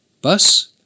bus